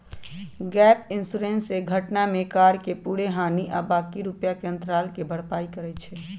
gap insurance से घटना में कार के पूरे हानि आ बाँकी रुपैया के अंतराल के भरपाई करइ छै